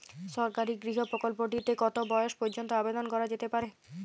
সরকারি গৃহ প্রকল্পটি তে কত বয়স পর্যন্ত আবেদন করা যেতে পারে?